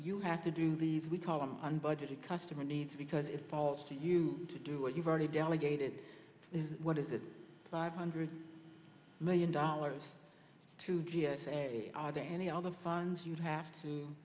you have to do the we call them on budget customer needs because it falls to you to do what you've already delegated what is it five hundred million dollars two g s a are there any other funds you have to